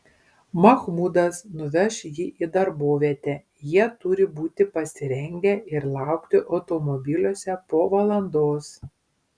mahmudas nuveš jį į darbovietę jie turi būti pasirengę ir laukti automobiliuose po valandos